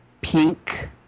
pink